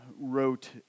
wrote